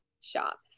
shop